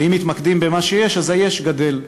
ואם מתמקדים במה שיש, אז היש גדל.